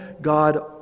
God